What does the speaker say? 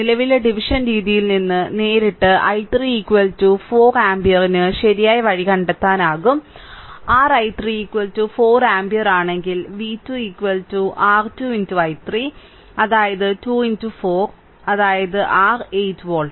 നിലവിലെ ഡിവിഷൻ രീതിയിൽ നിന്ന് നേരിട്ട് i3 4 ആമ്പിയറിന് ശരിയായ വഴി കണ്ടെത്താനാകും R i3 4 ആമ്പിയർ ആണെങ്കിൽ v2 r 2 i3 അതായത് 2 4 അതായത് r 8 വോൾട്ട്